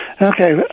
Okay